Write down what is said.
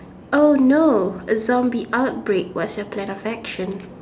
oh no a zombie outbreak what's your plan of action